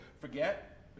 Forget